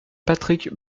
patrick